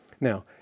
Now